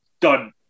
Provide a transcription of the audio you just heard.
done